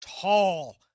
tall